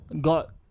God